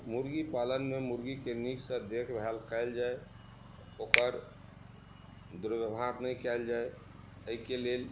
मुर्गी पालनमे मुर्गीके नीकसँ देखभाल कयल जाइ ओकर दुर्व्यवहार नहि कयल जाय एहिके लेल